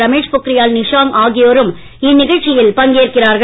ரமேஷ் பொக்ரியால் நிஷாங்க் ஆகியோரும் இந்நிகழ்ச்சியில் பங்கேற்கிறார்கள்